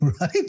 right